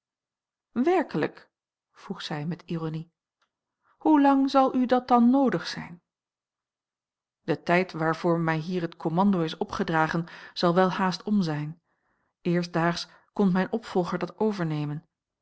werkelijk vroeg zij met ironie hoe lang zal u dat dan noodig zijn de tijd waarvoor mij hier het commando is opgedragen zal welhaast om zijn eerstdaags komt mijn opvolger dat overnemen